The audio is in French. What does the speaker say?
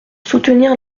soutenir